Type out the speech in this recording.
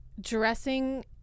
Dressing